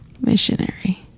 missionary